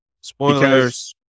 spoilers